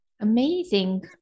amazing